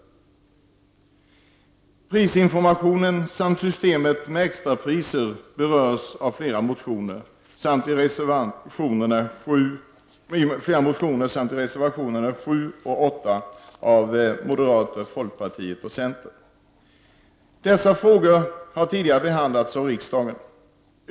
Prisinformationen samt systemet med extrapriser berörs i flera motioner samt i reservationerna 7 och 8 av moderaterna, folkpartiet och centern. Dessa frågor har tidigare behandlats av riksdagen.